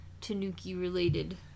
tanuki-related